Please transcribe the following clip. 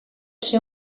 ser